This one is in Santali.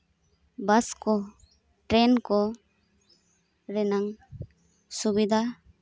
ᱵᱟᱥ ᱠᱚ ᱴᱨᱮᱱ ᱠᱚ ᱨᱮᱱᱟᱝ ᱥᱩᱵᱤᱫᱷᱟ